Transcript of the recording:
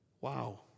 Wow